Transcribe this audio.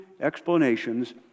explanations